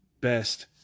best